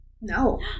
No